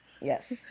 Yes